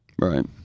Right